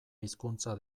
hizkuntza